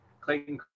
Clayton